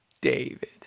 David